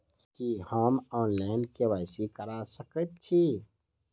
की हम online, KYC करा सकैत छी?